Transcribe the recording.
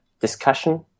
discussion